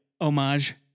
Homage